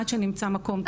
עד שנמצא מקום מתאים.